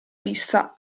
vista